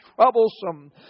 troublesome